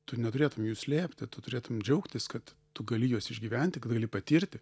tu neturėtum jų slėpti tu turėtum džiaugtis kad tu gali juos išgyventi kad gali patirti